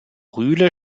rühle